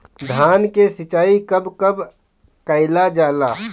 धान के सिचाई कब कब कएल जाला?